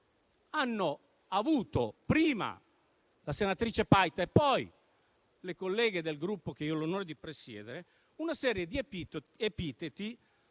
hanno ricevuto, prima la senatrice Paita e, poi, le colleghe del Gruppo che io ho l'onore di presiedere, una serie di epiteti